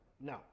no